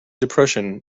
depression